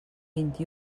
vint